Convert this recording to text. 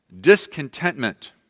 Discontentment